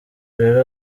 rero